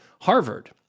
Harvard